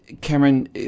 Cameron